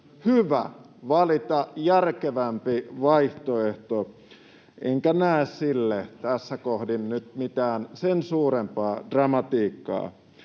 hyvä valita järkevämpi vaihtoehto, enkä näe siinä tässä kohdin nyt mitään sen suurempaa dramatiikkaa.